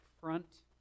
front